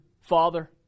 father